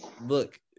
look